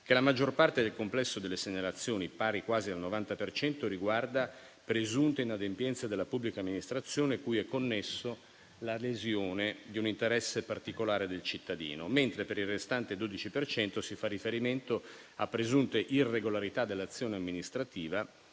che la maggior parte del complesso delle segnalazioni, pari quasi al 90 per cento, riguarda presunte inadempienze della pubblica amministrazione cui è connessa la lesione di un interesse particolare del cittadino, mentre per il restante 12 per cento si fa riferimento a presunte irregolarità dell'azione amministrativa